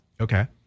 Okay